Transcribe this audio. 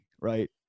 right